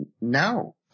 No